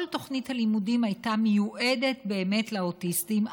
כל תוכנית הלימודים הייתה מיועדת באמת לאוטיסטים,